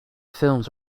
films